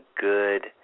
good